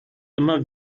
immer